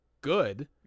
good